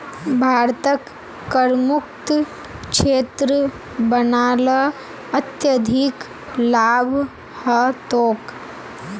भारतक करमुक्त क्षेत्र बना ल अत्यधिक लाभ ह तोक